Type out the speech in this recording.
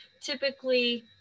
typically